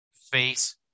face